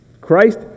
Christ